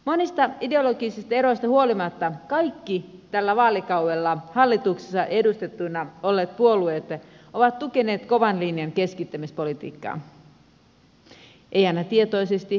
monista ideologisista eroista huolimatta kaikki tällä vaalikaudella hallituksessa edustettuina olleet puolueet ovat tukeneet kovan linjan keskittämispolitiikkaa ei aina tietoisesti mutta kuitenkin